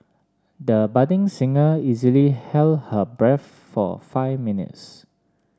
the budding singer easily held her breath for five minutes